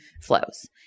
flows